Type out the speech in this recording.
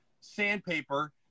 sandpaper